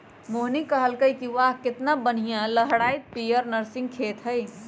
मोहिनी कहलकई कि वाह केतना बनिहा लहराईत पीयर नर्गिस के खेत हई